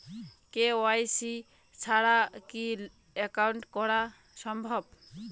KYC ছাড়া কি account করা সম্ভব?